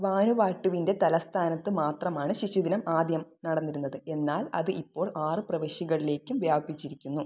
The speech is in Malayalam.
വാനുവാട്ടുവിൻ്റെ തലസ്ഥാനത്ത് മാത്രമാണ് ശിശുദിനം ആദ്യം നടന്നിരുന്നത് എന്നാൽ അത് ഇപ്പോൾ ആറ് പ്രവിശ്യകളിലേക്കും വ്യാപിച്ചിരിക്കുന്നു